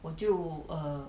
我就 err